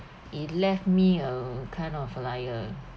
it left me a kind of like uh